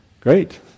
Great